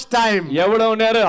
time